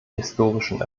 historischen